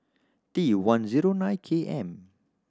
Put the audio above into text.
T one zero nine K M